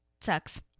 sucks